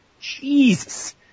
Jesus